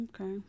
Okay